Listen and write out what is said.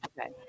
Okay